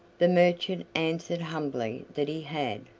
the merchant answered humbly that he had,